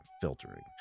filtering